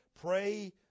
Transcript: Pray